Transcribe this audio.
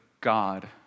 God